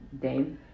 Dame